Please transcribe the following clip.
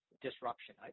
disruption